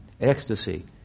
ecstasy